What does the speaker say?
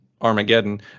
Armageddon